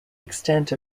extent